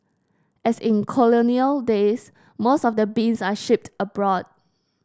as in colonial days most of the beans are shipped abroad